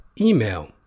email